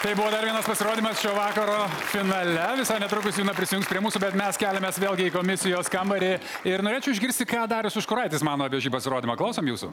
tai buvo dar vienas pasirodymas šio vakaro finale visai netrukus prisijungs prie mūsų bet mes keliamės vėlgi komisijos kambarį ir norėčiau išgirsti ką darius užkuraitis mano apie šį pasirodymą klausom jūsų